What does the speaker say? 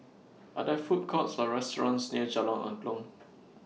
Are There Food Courts Or restaurants near Jalan Angklong